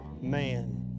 man